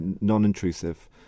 non-intrusive